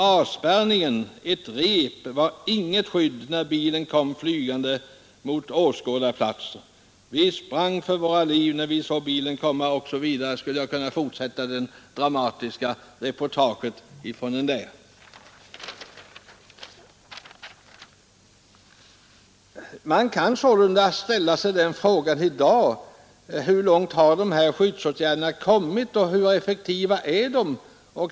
Avspärrningen — ett rep — var inget skydd när bilen kom flygande mot åskådarplats.” ”Vi sprang för våra liv när vi såg bilen komma, ———.” Jag skulle kunna fortsätta läsa ur det dramatiska reportaget från olyckan. Man kan sålunda ställa sig den frågan i dag: Hur långt har de här skyddsåtgärderna framskridit och hur effektiva är de?